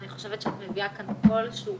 אני חושבת שאת מביאה כאן קול שהוא אמיץ,